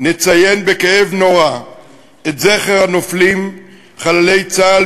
נציין בכאב נורא את זכר הנופלים חללי צה"ל